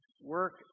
work